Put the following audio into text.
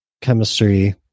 chemistry